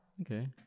Okay